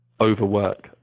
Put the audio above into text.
overwork